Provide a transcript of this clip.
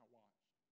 watched